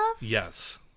Yes